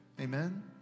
Amen